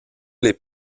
les